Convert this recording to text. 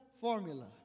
formula